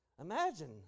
Imagine